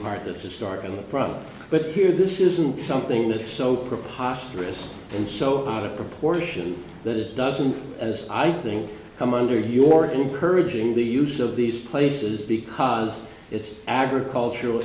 start in the process but here this isn't something that is so preposterous and so out of proportion that it doesn't as i think come under your encouraging the use of these places because it's agricultural